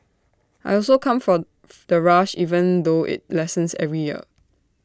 I also come for the rush even though IT lessens every year